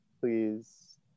Please